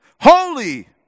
holy